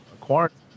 quarantine